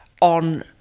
on